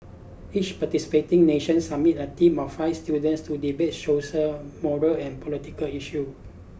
each participating nation submits a team of five students to debate social moral and political issue